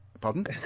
Pardon